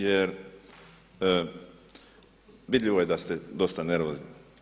Jer vidljivo je da ste dosta nervozni.